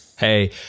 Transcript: Hey